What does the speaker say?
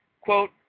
Quote